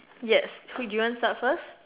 yes so do you want to start first